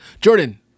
Jordan